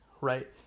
right